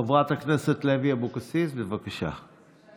חברת הכנסת לוי אבקסיס, בבקשה.